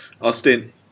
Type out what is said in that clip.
Austin